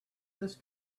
this